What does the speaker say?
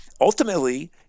ultimately